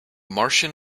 martian